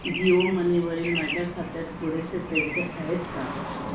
जिओ मनीवरील माझ्या खात्यात पुरेसे पैसे आहेत का